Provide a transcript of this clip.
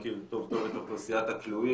מכיר טוב טוב את אוכלוסיית הכלא,